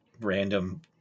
random